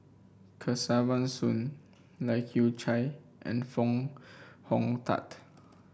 Kesavan Soon Lai Kew Chai and Foo Hong Tatt